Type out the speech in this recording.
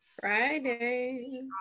friday